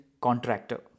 contractor